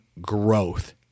growth